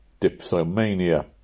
dipsomania